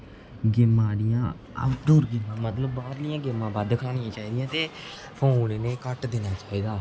गेमां जेह्ड़ियां आउटडोर गेमां बाह्रलियां गेमां खढानियां चाहिदियां ते फोन इ'नेंगी घट्ट देना चाहिदा